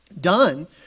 done